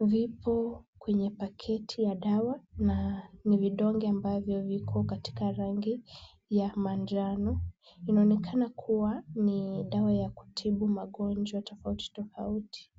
vipo kwenye paketi ya dawa na ni vidonge ambavyo viko katika rangi ya manjano. Inaonekana kuwa ni dawa ya kutibu magonjwa tofauti tofauti.